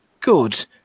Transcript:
good